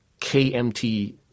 KMT